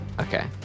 Okay